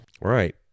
Right